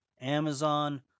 Amazon